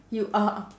you are